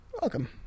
Welcome